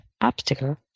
obstacle